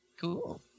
Cool